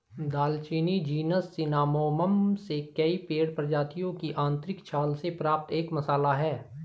दालचीनी genus Cinnamomum से कई पेड़ प्रजातियों की आंतरिक छाल से प्राप्त एक मसाला है